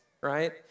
right